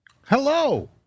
Hello